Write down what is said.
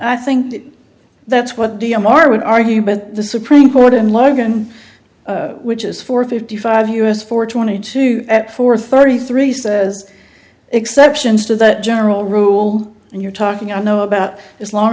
i think that's what d l r would argue but the supreme court in logan which is four fifty five u s for twenty two at four thirty three says exceptions to that general rule and you're talking i know about as long